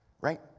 right